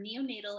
neonatal